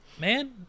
man